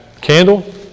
Candle